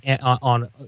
on